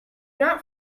not